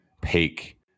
peak